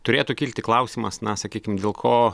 turėtų kilti klausimas na sakykim dėl ko